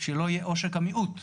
שלא יהיה עושק המיעוט.